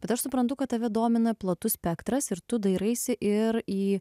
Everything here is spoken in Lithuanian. bet aš suprantu kad tave domina platus spektras ir tu dairaisi ir į